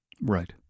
Right